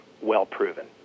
well-proven